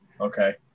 Okay